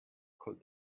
could